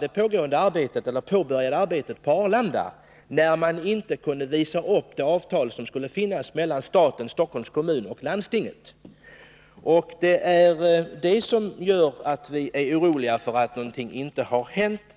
det påbörjade arbetet i Arlanda stoppades, när man inte kunde visa upp det avtal som skulle finnas mellan staten, Stockholms kommun och landstinget. Vi är således oroliga över att ingenting har hänt.